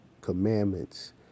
commandments